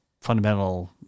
fundamental